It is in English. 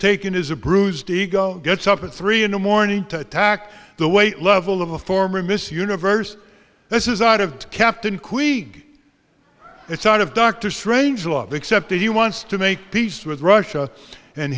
taken is a bruised ego gets up at three in the morning to attack the weight level of a former miss universe this is out of captain queeg it's out of dr strangelove except he wants to make peace with russia and